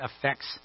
affects